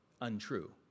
untrue